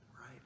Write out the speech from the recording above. Right